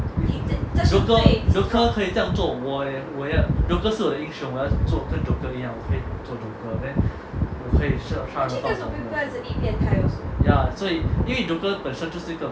joker joker 可以这样做我也我也 joker 是我的英雄我要做跟 joker 一样 ya 所以因为 joker 本身是一个